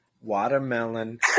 Watermelon